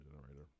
generator